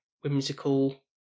whimsical